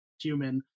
human